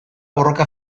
borroka